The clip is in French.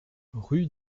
rue